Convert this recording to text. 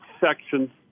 section